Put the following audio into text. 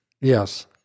Yes